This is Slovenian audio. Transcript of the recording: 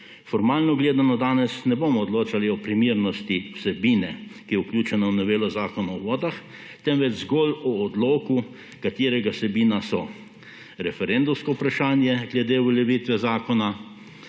Formalno gledano danes ne bomo odločali o primernosti vsebine, ki je vključena v novelo Zakona o vodah, temveč zgolj o odloku, katerega vsebina so: referendumsko vprašanje glede uveljavitve zakona,